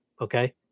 okay